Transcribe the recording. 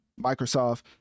microsoft